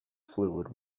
fluid